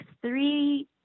three